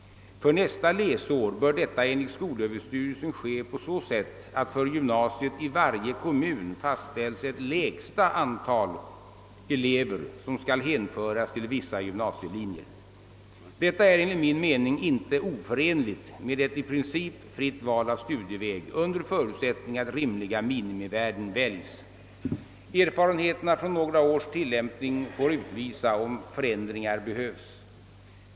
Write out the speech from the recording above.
För nästa läsår bör detta enligt skolöverstyrelsen ske på så sätt att för gymnasiet i varje kommun fastställs ett lägsta antal elever som skall hänföras till vissa gymnasielinjer. Detta är enligt min mening inte oförenligt med ett i princip fritt val av studieväg under förutsättning att rimliga minimivärden väljs. Erfarenheterna från några års tillämpning får utvisa om förändringar behövs.